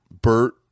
Bert